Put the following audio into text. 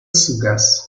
suggest